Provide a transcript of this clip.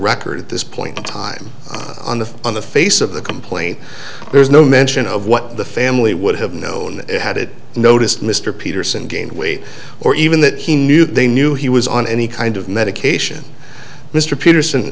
record at this point in time on the on the face of the complaint there's no mention of what the family would have known had it noticed mr peterson gained weight or even that he knew they knew he was on any kind of medication mr peterson